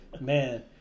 Man